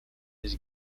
his